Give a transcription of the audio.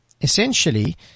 essentially –